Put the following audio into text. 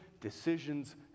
decisions